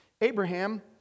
Abraham